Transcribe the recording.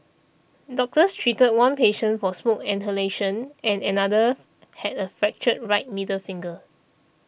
doctors treated one patient for smoke inhalation and another had a fractured right middle finger